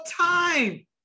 time